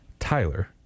tyler